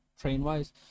train-wise